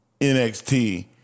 NXT